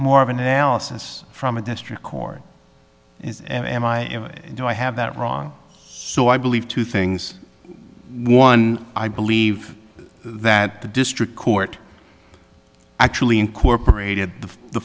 more of an analysis from a district court is am i do i have that wrong so i believe two things one i believe that the district court actually incorporated the